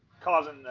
causing